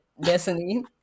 Destiny